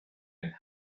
and